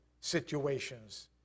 situations